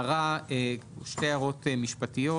שתי הערות משפטיות